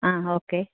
അ okay